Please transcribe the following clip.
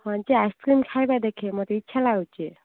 ହଁ ଯେ ଆଇସକ୍ରିମ୍ ଖାଇବା ଦେଖେ ମୋତେ ଇଚ୍ଛା ଲାଗୁଛି